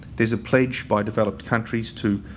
there's a pledge by developed countries to